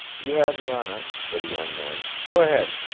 you have the honour, said the young man. go ahead!